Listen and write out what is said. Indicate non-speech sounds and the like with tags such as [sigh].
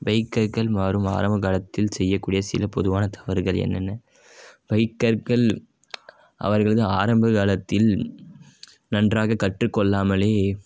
பைக்கர்கள் [unintelligible] ஆரம்ப காலத்தில் செய்யக்கூடிய சில பொதுவான தவறுகள் என்னென்ன பைக்கர்கள் அவர்களது ஆரம்ப காலத்தில் நன்றாக கற்றுக்கொள்ளாமலே